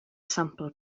sampl